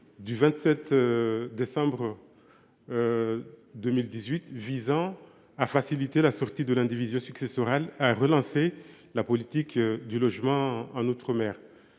du 27 décembre 2018 visant à faciliter la sortie de l’indivision successorale et à relancer la politique du logement en outre mer,